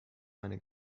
meine